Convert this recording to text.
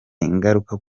ingaruka